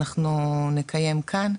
אנחנו נקיים כאן,